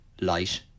light